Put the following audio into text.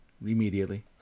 immediately